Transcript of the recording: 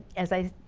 as i